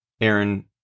Aaron